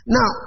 Now